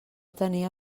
tenia